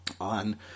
on